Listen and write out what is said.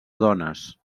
dones